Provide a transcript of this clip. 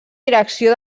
direcció